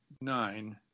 nine